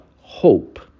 hope